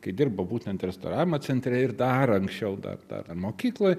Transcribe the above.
kai dirbau būtent restauravimo centre ir dar anksčiau dar dar ten mokykloj